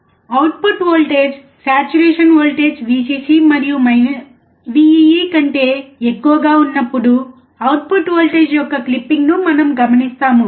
output voltage saturation voltage Vcc మరియు Vee కంటే ఎక్కువగా ఉన్నప్పుడు అవుట్పుట్ వోల్టేజ్ యొక్క క్లిప్పింగ్ను మనము గమనిస్తాము